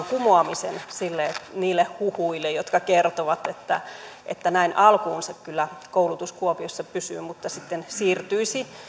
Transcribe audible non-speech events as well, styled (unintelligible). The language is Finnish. (unintelligible) kumoamisen niille niille huhuille jotka kertovat että että näin alkuunsa kyllä koulutus kuopiossa pysyy mutta sitten siirtyisi